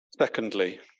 secondly